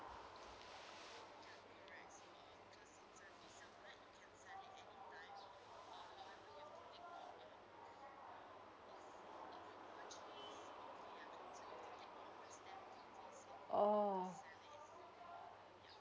oo